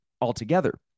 altogether